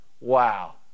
Wow